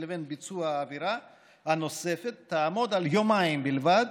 לבין ביצוע העבירה הנוספת תעמוד על יומיים בלבד,